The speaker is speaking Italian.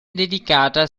dedicata